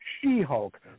She-Hulk